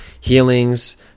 healings